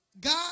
God